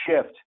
shift